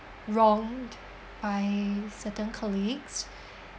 wronged by certain colleagues